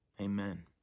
Amen